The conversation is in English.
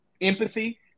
empathy